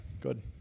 good